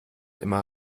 immer